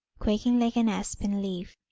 quaking like an aspen leaf.